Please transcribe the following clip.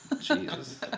Jesus